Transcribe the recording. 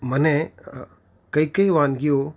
મને કઈ કઈ વાનગીઓ